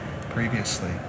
previously